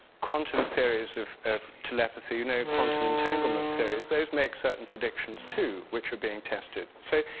quantum theories of of telepathy. you know, quantum entanglement theories, those make certain predictions too which are being tested. so,